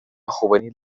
juvenil